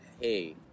hey